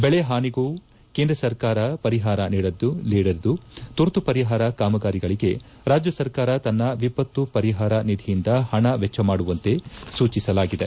ಬೆಳಿ ಹಾನಿಗೂ ಕೇಂದ ಸರ್ಕಾರ ಪರಿಹಾರ ನೀಡಲಿದ್ದು ತುರ್ತು ಪರಿಹಾರ ಕಾಮಗಾರಿಗಳಿಗೆ ರಾಜ್ಯ ಸರ್ಕಾರ ತನ್ತ ವಿಪತ್ತು ಪರಿಹಾರ ನಿಧಿಯಿಂದ ಹಣ ವೆಚ್ಚಮಾಡುವಂತೆ ಸೂಚಿಸಲಾಗಿದೆ